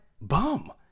bum